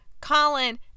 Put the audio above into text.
Colin